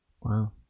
Wow